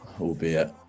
albeit